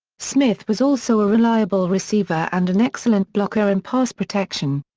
smith was also a reliable receiver and an excellent blocker in pass protection.